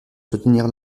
soutenir